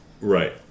Right